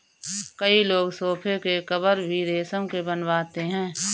कई लोग सोफ़े के कवर भी रेशम के बनवाते हैं